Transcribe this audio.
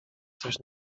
coś